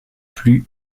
plus